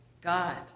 God